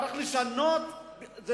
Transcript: צריך לשנות,